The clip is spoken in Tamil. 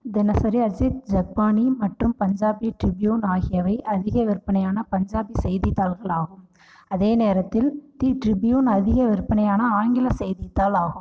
தினசரி அஜித் ஜக்பானி மற்றும் பஞ்சாபி ட்ரிப்யூன் ஆகியவை அதிக விற்பனையான பஞ்சாபி செய்தித்தாள்களாகும் அதே நேரத்தில் தி ட்ரிப்யூன் அதிக விற்பனையான ஆங்கில செய்தித்தாள் ஆகும்